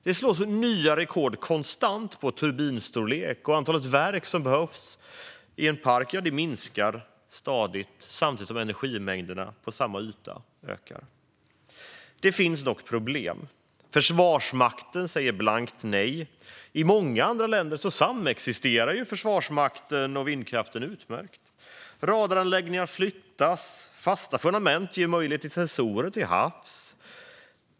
Det slås nya rekord konstant när det gäller turbinstorlek, och antalet verk som behövs i en park minskar stadigt samtidigt som energimängderna på samma yta ökar. Det finns dock problem. Försvarsmakten säger blankt nej. I många andra länder samexisterar ju Försvarsmakten och vindkraften utmärkt. Radaranläggningar flyttas, och fasta fundament ger möjlighet till sensorer till havs.